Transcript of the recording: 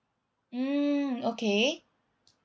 mm okay